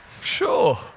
Sure